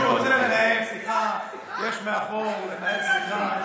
מי שרוצה לנהל שיחה, אפשר מאחור לנהל שיחה.